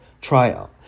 trial